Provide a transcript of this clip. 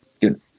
good